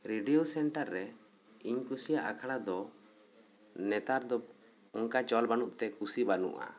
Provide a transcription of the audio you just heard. radio centre ᱨᱮ ᱤᱧ ᱠᱩᱥᱤᱭᱟᱜ ᱟᱠᱷᱲᱟ ᱫᱚ ᱱᱮᱛᱟᱨ ᱫᱚ ᱚᱝᱠᱟ ᱪᱚᱞ ᱵᱟᱹᱱᱩᱜ ᱛᱮ ᱠᱩᱥᱤ ᱵᱟᱹᱱᱩᱜᱼᱟ